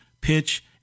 pitch